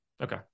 Okay